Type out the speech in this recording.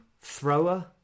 thrower